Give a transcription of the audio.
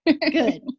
Good